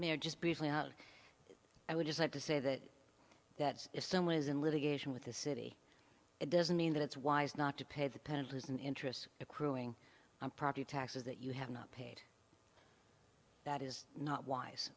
mayor just briefly out i would just like to say that that is some ways in litigation with the city it doesn't mean that it's wise not to pay the penalties and interest accruing on property taxes that you have not paid that is not wise